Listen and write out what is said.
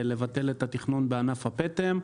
לבטל את התכנון בענף הפטם.